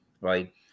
right